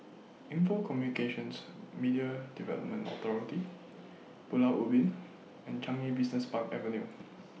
Info Communications Media Development Authority Pulau Ubin and Changi Business Park Avenue